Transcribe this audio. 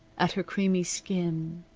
at her creamy skin,